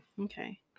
Okay